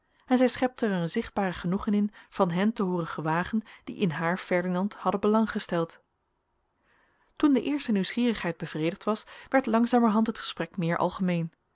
en zij schepte er een zichtbaar genoegen in van hen te hooren gewagen die in haar ferdinand hadden belang gesteld toen de eerste nieuwsgierigheid bevredigd was werd langzamerhand het gesprek meer algemeen